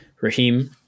Raheem